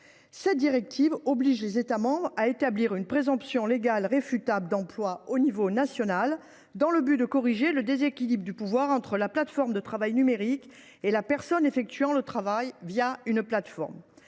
Cette directive oblige les États membres à établir une présomption légale réfutable d’emploi au niveau national, afin de corriger le déséquilibre de pouvoir entre la plateforme de travail numérique et la personne effectuant le travail cette plateforme.